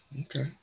okay